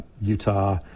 Utah